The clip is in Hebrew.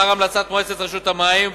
לאחר המלצת מועצת רשות המים,